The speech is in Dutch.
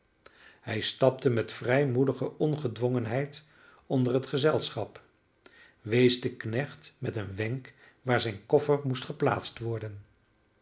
hij stapte met vrijmoedige ongedwongenheid onder het gezelschap wees den knecht met een wenk waar zijn koffer moest geplaatst worden